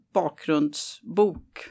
bakgrundsbok